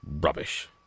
Rubbish